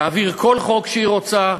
להעביר כל חוק שהיא רוצה,